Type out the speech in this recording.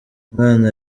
umwana